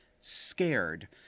scared